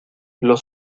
los